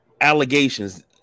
allegations